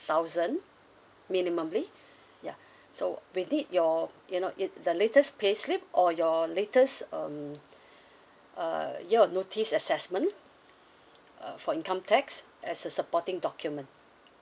thousand minimally ya so we need your you know it the latest payslip or your latest um uh your notice assessment uh for income tax as a supporting document